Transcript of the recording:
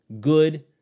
good